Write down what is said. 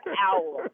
hour